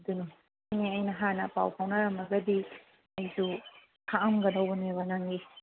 ꯑꯗꯨꯅꯤ ꯁꯤꯅꯦ ꯑꯩꯅ ꯍꯥꯟꯅ ꯄꯥꯎ ꯐꯥꯎꯅꯔꯝꯃꯒꯗꯤ ꯑꯩꯁꯨ ꯈꯥꯛꯑꯝꯒꯗꯧꯕꯅꯦꯕ ꯅꯪꯒꯤ